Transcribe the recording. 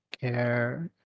care